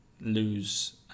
lose